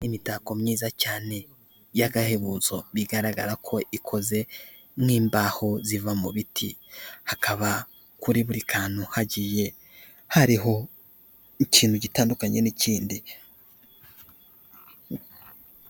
Imitako myiza cyane y'agahebuzo bigaragara ko ikoze n'imbaho ziva mu biti. Hakaba kuri buri kantu hagiye hariho ikintu gitandukanye n'ikindi.